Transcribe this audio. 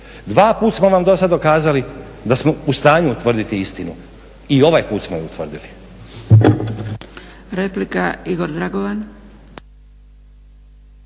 Dvaput smo vam dosad dokazali da smo u stanju utvrditi istinu, i ovaj put smo je utvrdili.